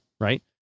right